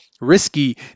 risky